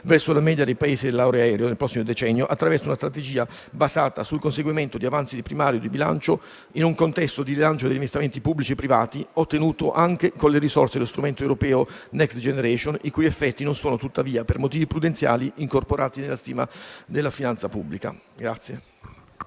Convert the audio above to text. verso la media dei Paesi dell'area euro nel prossimo decennio, attraverso una strategia basata sul conseguimento di avanzi primari di bilancio in un contesto di rilancio degli investimenti pubblici e privati, ottenuto anche con le risorse dello strumento europeo Next generation EU, i cui effetti non sono tuttavia, per motivi prudenziali, incorporati nelle stime della finanza pubblica.